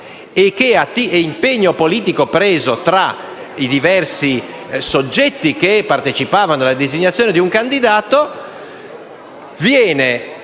di un impegno politico preso tra i diversi soggetti che partecipavano alla designazione di un candidato, che